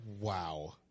Wow